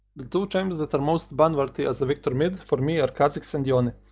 the two champs that are most banworthy as a viktor mid for me are khazix and yone.